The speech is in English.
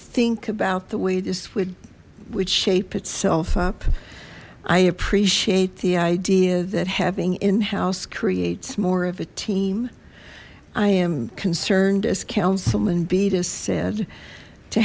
think about the way this would would shape itself up i appreciate the idea that having in house creates more of a team i am concerned as councilman beetus said to